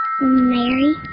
Mary